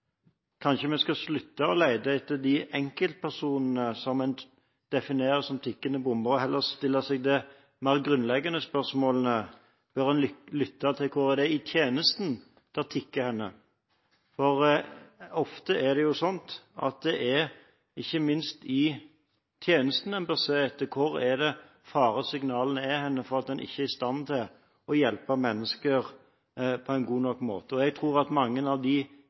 Kanskje vi skal slutte å lete etter de enkeltpersonene som en definerer som tikkende bomber, og heller stille seg det mer grunnleggende spørsmålet: Bør en lytte til hvor i tjenestene det tikker? Ofte er det slik at det ikke minst er i tjenestene en bør se etter hvor faresignalene er når en ikke er i stand til å hjelpe mennesker på en god nok måte. Jeg tror at mange av de